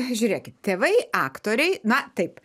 žiūrėkit tėvai aktoriai na taip